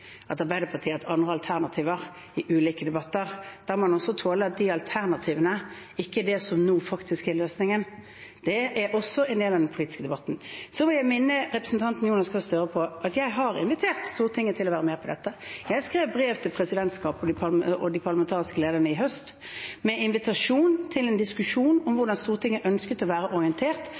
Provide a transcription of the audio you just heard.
at Arbeiderpartiet har hatt andre alternativer i ulike debatter. Da må man også tåle at de alternativene ikke er det som nå faktisk er løsningen. Det er også en del av den politiske debatten. Så vil jeg minne representanten Jonas Gahr Støre om at jeg har invitert Stortinget til å være med på dette. Jeg skrev brev til presidentskapet og de parlamentariske lederne i høst, med invitasjon til en diskusjon om hvordan Stortinget ønsket å være orientert